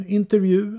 intervju